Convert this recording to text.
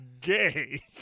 gay